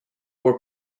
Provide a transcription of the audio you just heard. were